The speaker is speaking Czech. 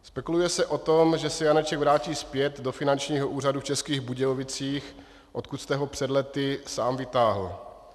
Spekuluje se o tom, že se Janeček vrátí zpět do Finančního úřadu v Českých Budějovicích, odkud jste ho před lety sám vytáhl.